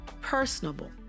personable